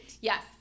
Yes